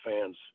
fans